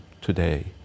today